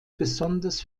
besonders